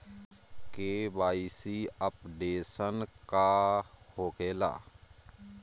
KYC updation का होखेला?